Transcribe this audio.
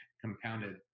compounded